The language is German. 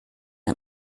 ein